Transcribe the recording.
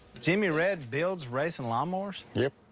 jimmy red builds racing lawn mowers? yep.